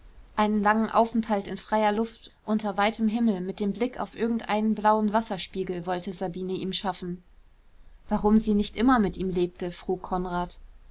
einen langen aufenthalt in freier luft unter weitem himmel mit dem blick auf irgendeinen blauen wasserspiegel wollte sabine ihm schaffen warum sie nicht immer mit ihm lebte frug konrad